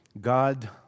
God